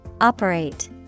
Operate